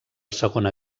segona